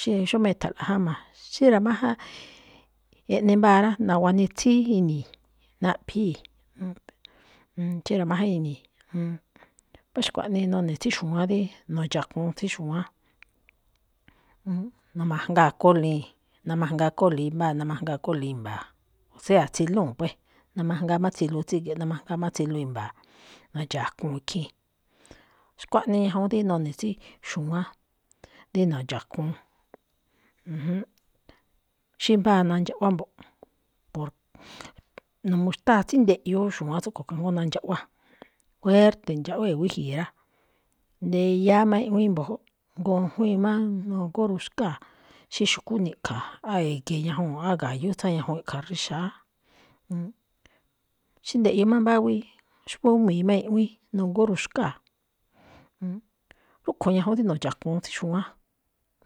Xí, xómá e̱tha̱nlo̱ꞌ jáma. Xí ra̱máján eꞌne mbáa rá, nawanitsiíí ini̱i̱, naꞌphíi̱, xí ra̱máján ini̱i̱. mbá xkuaꞌnii none̱ tsí xu̱wán dí nu̱ndxa̱kuun tsí xu̱wán, na̱ma̱jngaa̱ kólíi̱n, namajngaa kóli̱i mbáa, namajngaa kóli̱i i̱mba̱a̱, sea tsílúu̱n pue, namajngaa má tsiluu tsíge̱ꞌ, namajngaa tsiluu i̱mba̱a̱, na̱ndxa̱kuu̱ ikhii̱n. Xkuaꞌnii ñajuun dí none̱ tsí xu̱wán, dí no̱dxa̱kuun, ju̱júnꞌ. Xí mbáa nandxaꞌwá mbo̱ꞌ, por- n uu xtáa tsí ndiꞌyoo xu̱wán tsúꞌkho̱ kajngó nandxaꞌwá, juérte̱ ndxaꞌwée̱ wíji̱i̱ rá, ndeyáá má i̱ꞌwíin mbu̱júꞌ, ngojwíin má nogóruxkáa̱. Xí xu̱kú ni̱ꞌkha̱, á e̱ge̱ ñajuu̱n, á ga̱yú tsáa ñajuun e̱ꞌkha̱ rixa̱á. Xí ndeꞌyoo má mbáwíi, xúmi̱i má i̱ꞌwíin, nogóruxkáa̱. Rúꞌkhue̱n rí nu̱ndxa̱kuun tsí xu̱wán,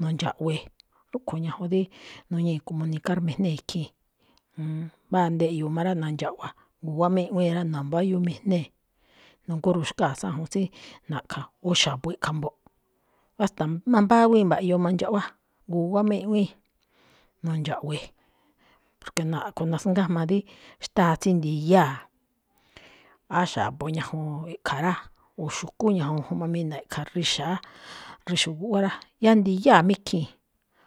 nu̱ndxa̱ꞌwe̱e̱, rúꞌkhue̱n ñajuun rí nuñíi̱ comunicar mejnée̱ ikhii̱n, mbáa ndeꞌyoo má rá, na̱ndxa̱ꞌwa̱, guwá má i̱ꞌwíin rá, no̱mbáyúmijnée̱, nogóruxkáa̱ tsáa juun tsí na̱ꞌkha̱, o xa̱bo̱ i̱ꞌkha̱ mbo̱ꞌ. Basta má mbáwíi mba̱ꞌyoo mandxaꞌwá, guwá má i̱ꞌwíin, nu̱ndxa̱ꞌwe̱e̱, porque a̱ꞌkho̱ na̱a̱-nasngájma dí xtáa tsí ndiyáa̱, á xa̱bo̱ ñajuu̱n i̱ꞌkha̱ rá, o xu̱kú ñajuun juꞌmamina̱ꞌ i̱ꞌkha̱ rixa̱á, rixo̱o̱ guꞌwa rá, yáá ndiyáa̱ má ikhii̱n.